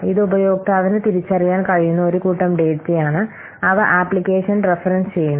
ഇത് ഉപയോക്താവിനു തിരിച്ചറിയാൻ കഴിയുന്ന ഒരു കൂട്ടം ഡാറ്റയാണ് അവ ആപ്ലിക്കേഷൻ റഫറൻസ് ചെയ്യുന്നു